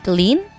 Clean